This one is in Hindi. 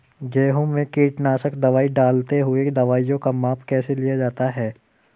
गेहूँ में कीटनाशक दवाई डालते हुऐ दवाईयों का माप कैसे लिया जाता है?